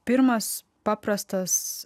pirmas paprastas